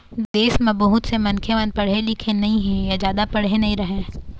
देश म बहुत से मनखे मन पढ़े लिखे नइ हे य जादा पढ़े नइ रहँय